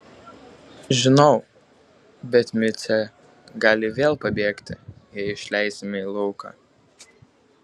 žinau bet micė gali vėl pabėgti jei išleisime į lauką